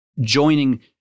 joining